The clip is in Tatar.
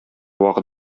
вакыт